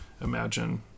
imagine